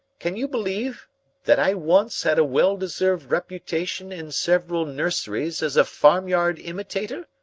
can you believe that i once had a well-deserved reputation in several nurseries as a farmyard imitator?